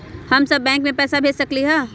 हम सब बैंक में पैसा भेज सकली ह?